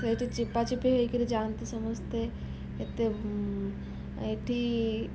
ସେଇଠି ଚିପାଚିପି ହେଇକିରି ଯାଆନ୍ତି ସମସ୍ତେ ଏତେ ଏଠି